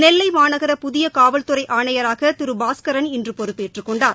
நெல்லை மாநகர புதிய காவல்துறை ஆணையராக திரு பாஸ்கரன் இன்று பொறுப்பேற்றுக் கொண்டார்